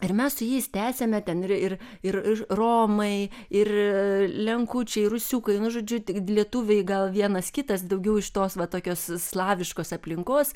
ir mes su jais tęsiame ten ir ir ir romai ir lenkučiai rusiukai nu žodžiu tik lietuviai gal vienas kitas daugiau iš tos va tokios slaviškos aplinkos